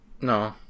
No